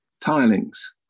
tilings